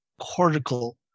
cortical